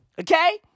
Okay